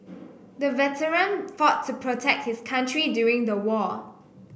the veteran fought to protect his country during the war